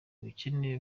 ubukene